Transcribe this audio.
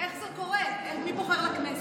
איך זה קורה, מי בוחר לכנסת.